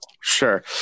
sure